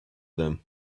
them